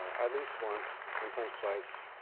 at least once, sometimes twice.